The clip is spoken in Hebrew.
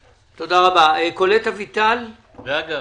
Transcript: אגב,